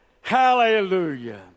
Hallelujah